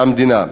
המדינה.